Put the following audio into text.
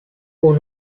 who